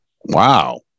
Wow